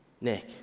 Nick